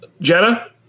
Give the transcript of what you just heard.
Jenna